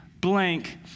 blank